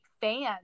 fans